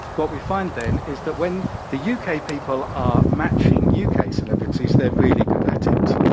what we find then is that when the u k. people are matching u k. celebrities, they're really good at it.